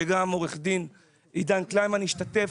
שגם עו"ד עידן קלימן השתתף,